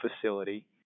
facility